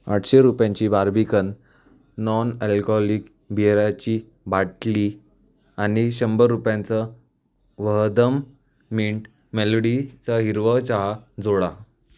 आठशे रुपयांची Barbican non alcoholic बिअराची बाटली आणि शंभर रुपयांचा वहदम मिंट मॅलोडीचा हिरवा चहा जोडा